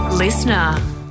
listener